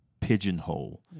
pigeonhole